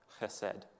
chesed